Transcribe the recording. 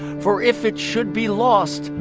for if it should be lost,